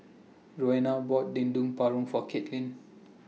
Roena bought Dendeng Paru For Caitlin